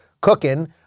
cooking